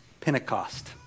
Pentecost